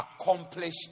accomplish